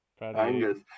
Angus